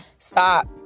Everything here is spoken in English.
stop